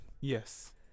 Yes